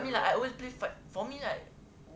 I mean like I always play for me like